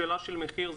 שאלה של מחיר,